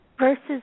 versus